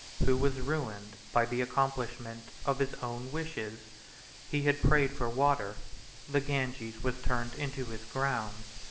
who was ruined by the accomplishment of his own wishes he had prayed for water the ganges was turned into his grounds,